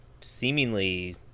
seemingly